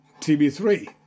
TB3